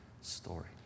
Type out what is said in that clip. story